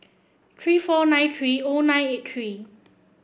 three four nine three O nine eight three